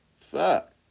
Fuck